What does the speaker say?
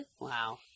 Wow